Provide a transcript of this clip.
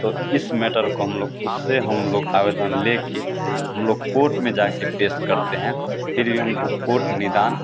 तो इस मैटर को हम लोग उससे हम लोग आवेदन लेकर हम लोग कोर्ट में जाकर पेश करते हैं फिर भी हमको कोर्ट निदान